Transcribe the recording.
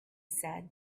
said